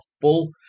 full